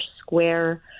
Square